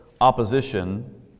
opposition